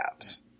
apps